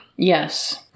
Yes